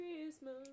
Christmas